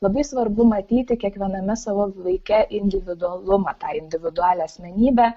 labai svarbu matyti kiekviename savo vaike individualumą tą individualią asmenybę